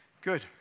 good